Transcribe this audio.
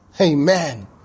Amen